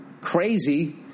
crazy